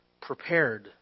prepared